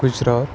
Gujarat